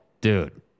dude